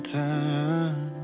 time